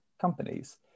companies